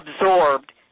absorbed